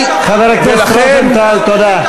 כדאי חבר הכנסת רוזנטל, תודה.